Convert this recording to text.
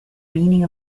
meaning